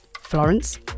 Florence